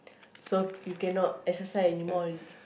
so you cannot exercise anymore